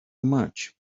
much